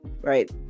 Right